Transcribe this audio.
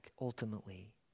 ultimately